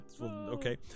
Okay